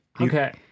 Okay